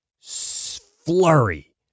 flurry